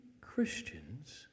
Christians